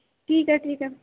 ٹھیک ہے ٹھیک ہے